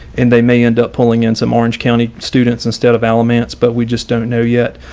and they may end up pulling in some orange county students instead of elements but we just don't know yet.